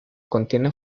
contiene